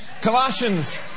Colossians